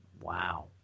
wow